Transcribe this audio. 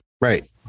Right